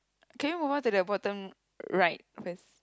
can you move on to the bottom right first